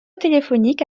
téléphonique